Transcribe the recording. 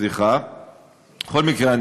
בכל מקרה,